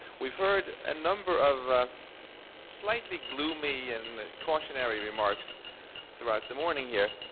we've heard a number of slightly gloomy and cautionary remarks throughout the morning here.